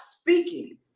speaking